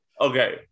Okay